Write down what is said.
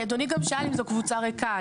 כי אדוני גם שאל אם זו קבוצה ריקה.